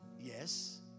yes